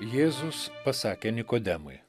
jėzus pasakė nikodemui